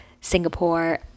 Singapore